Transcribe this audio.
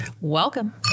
Welcome